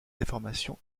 déformation